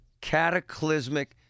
cataclysmic